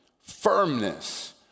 firmness